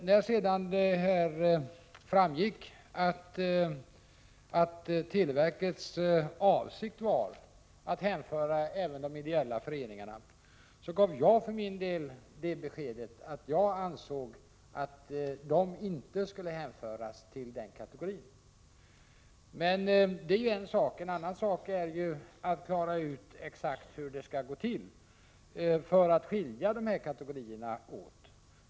När det sedan framgick att televerkets avsikt var att hänföra även de ideella föreningarna till den kategorin, gav jag för min del beskedet att jag ansåg att de inte borde hänföras dit. Men det är en sak. En annan sak är att klara ut exakt hur det skall gå till att skilja de båda kategorierna åt.